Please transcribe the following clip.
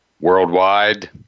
worldwide